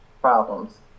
problems